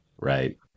Right